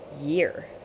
year